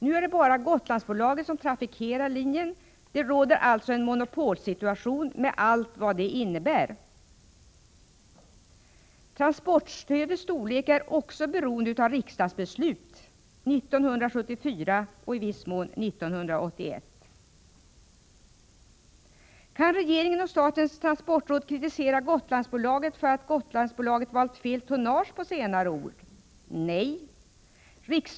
Nu är det bara Gotlandsbolaget som trafikerar sträckan. Det råder alltså en monopolsituation, med allt vad det innebär. Transportstödets storlek är också beroende av riksdagsbeslut 1974 och i viss mån 1981. Kan regeringen och statens transportråd kritisera Gotlandsbolaget för att det valt fel tonnage under senare år? Nej.